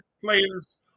players